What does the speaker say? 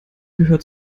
gehört